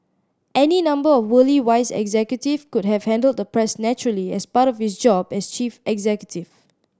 any number of worldly wise executive could have handled the press naturally as part of his job as chief executive